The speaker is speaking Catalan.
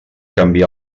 canvia